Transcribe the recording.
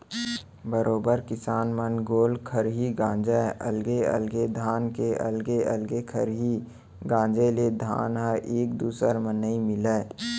बरोबर किसान मन गोल खरही गांजय अलगे अलगे धान के अलगे अलग खरही गांजे ले धान ह एक दूसर म नइ मिलय